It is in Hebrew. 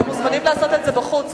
אתם מוזמנים לעשות את זה בחוץ,